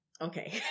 Okay